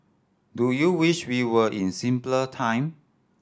do you wish we were in simpler time